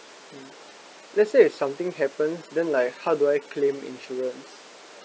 mm let's say if something happens then like how do I claim insurance